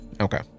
Okay